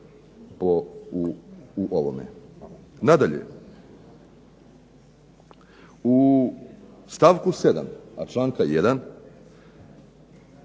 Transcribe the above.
u stavku 7. članka 1.